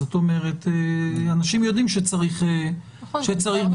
זאת אומרת אנשים יודעים שצריך בדיקה.